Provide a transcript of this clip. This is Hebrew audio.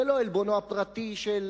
זה לא עלבונו הפרטי של